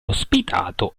ospitato